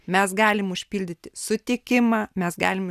mes galim užpildyti sutikimą mes galim